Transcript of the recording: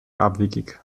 abwegig